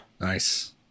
Nice